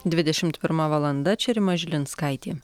dvidešimt pirma valanda čia rima žilinskaitė